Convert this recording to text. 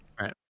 Right